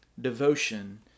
devotion